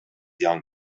young